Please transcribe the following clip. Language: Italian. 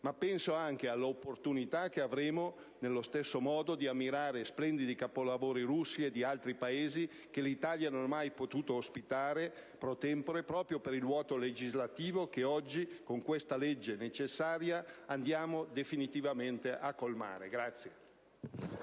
Penso anche all'opportunità che avremo, allo stesso modo, di ammirare splendidi capolavori russi e di altri Paesi che l'Italia non ha mai potuto ospitare *pro-tempore* proprio per il vuoto legislativo che oggi, con questo provvedimento necessario, andiamo definitivamente a colmare.